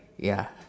ya